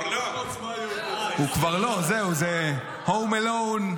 הוא כבר לא, זהו, זה Home Alone.